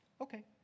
okay